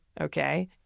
Okay